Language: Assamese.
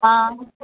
অঁ